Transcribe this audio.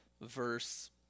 verse